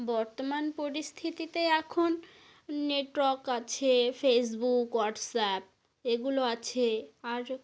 বর্তমান পরিস্থিতিতে এখন নেটওয়ার্ক আছে ফেসবুক হোয়াটস অ্যাপ এগুলো আছে আর